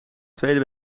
tweede